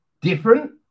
different